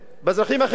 באזרחים אחרים.